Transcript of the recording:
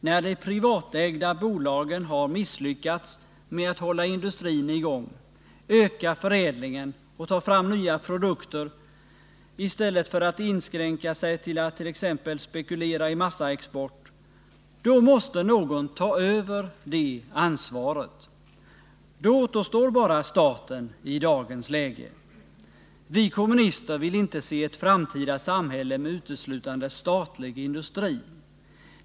När de privatägda bolagen har misslyckats med att hålla industrin i gång, öka förädlingen och ta fram nya produkter i stället för att inskränka sig till att t.ex. spekulera i massaexport — då måste någon ta över ansvaret. I dagens läge återstår bara staten. Vi kommunister vill inte se ett framtida samhälle med uteslutande statlig industri.